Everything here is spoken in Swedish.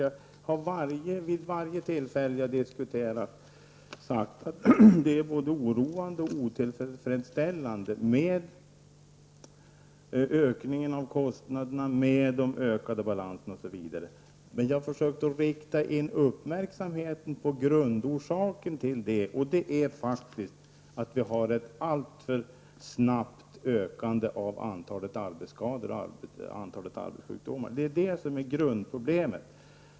Vid varje tillfälle som jag har deltagit i debatten har jag sagt att det är både oroande och otillfredsställande med ökningen av kostnaderna, de ökade balanserna osv., men jag har försökt att rikta uppmärksamheten på grundorsaken, nämligen att vi har en alltför snabb ökning av antalet arbetsskador och arbetssjukdomar. Detta är grundproblemet.